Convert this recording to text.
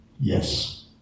Yes